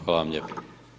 Hvala vam lijepo.